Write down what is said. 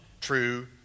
true